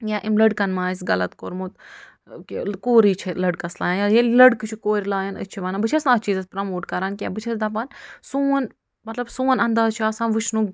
یا أمۍ لَڑکَن ما آسہِ غلظ کوٚرمُت کہِ کوٗرٕے چھِ لٔڑکَس لایان ییٚلہِ لڑکہٕ چھُ کورِ لایان أسۍ چھِ وَنان بہٕ چھیٚس نہٕ اَتھ چیٖزَس پرٛموٹ کران کیٚنٛہہ بہٕ چھیٚس دَپان سون مطلب سون انداز چھُ آسان وُچھنُک